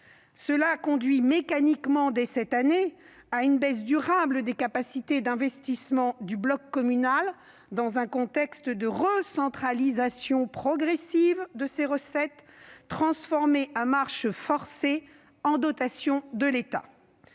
Cela conduit mécaniquement, dès cette année, à une baisse durable des capacités d'investissement du bloc communal dans un contexte de recentralisation progressive de ses recettes, transformées à marche forcée en dotations de l'État.